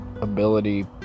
ability